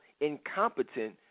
incompetent